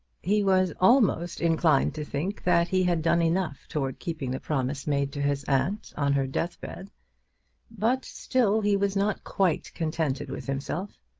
he was almost inclined to think that he had done enough towards keeping the promise made to his aunt on her deathbed but still he was not quite contented with himself.